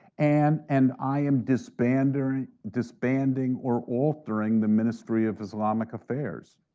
and and i am disbanding disbanding or altering the ministry of islamic affairs.